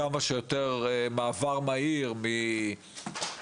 כמה שיותר מעבר מהיר מפחם,